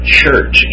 church